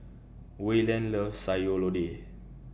Wayland loves Sayur Lodeh